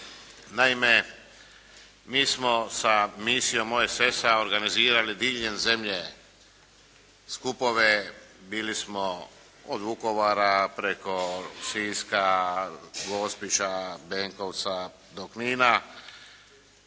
Naime, mi smo sa misijom OSS-a organizirali diljem zemlje skupove. Bili smo od Vukovara preko Siska, Gospića, Benkovca do Knina